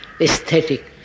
aesthetic